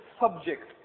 subject